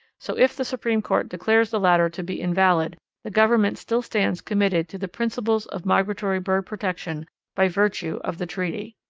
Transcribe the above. so if the supreme court declares the latter to be invalid the government still stands committed to the principals of migratory bird-protection by virtue of the treaty.